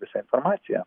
visą informaciją